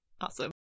Awesome